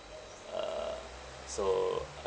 uh so